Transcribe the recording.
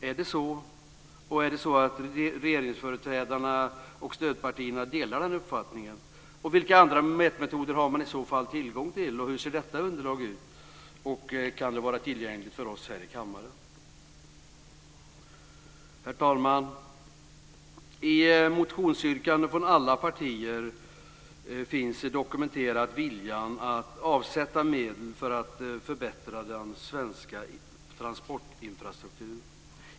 Är det så, och är det så att regeringsföreträdarna och stödpartierna delar den uppfattningen? Vilka andra mätmetoder har man i så fall tillgång till, och hur ser detta underlag ut? Och kan det vara tillgängligt för oss här i kammaren? Herr talman! I motionsyrkanden från alla partier finns dokumenterat viljan att avsätta medel för att förbättra den svenska transportinfrastrukturen.